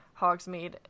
Hogsmeade